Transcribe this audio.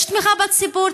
יש תמיכה בציבור.